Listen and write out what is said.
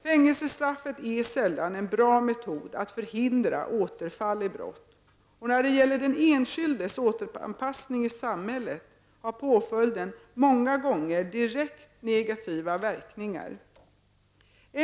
Fängelsestraffet är sällan en bra metod att förhindra återfall i brott, och när det gäller den enskildes återanpassning i samhället har påföljden många gånger direkt negativa verkningar.